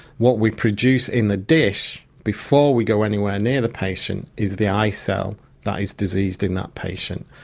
what we produce in the dish before we go anywhere near the patient is the eye cell that is diseased in that patient.